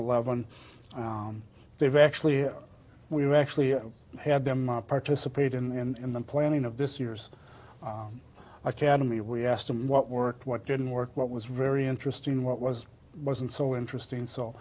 eleven they've actually we've actually had them participate in the planning of this year's i cademy we asked them what worked what didn't work what was very interesting what was wasn't so interesting so